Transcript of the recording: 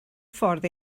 ffordd